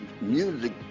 music